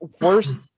worst